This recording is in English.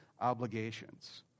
obligations